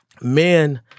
Men